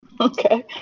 Okay